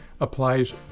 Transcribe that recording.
applies